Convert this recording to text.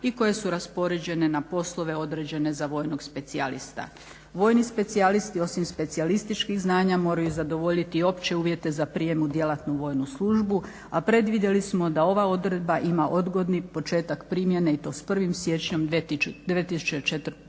i koje su raspoređene na poslove određene za vojnog specijalista. Vojni specijalisti osim specijalističkih znanja moraju zadovoljiti opće uvjete za prijam u djelatnu vojnu službu a predvidjeli smo da ova odredba ima odgodni početak primjene i to s 1. siječnjem 2014.